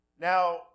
Now